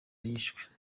yishwe